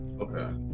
okay